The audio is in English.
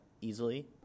easily